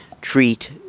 treat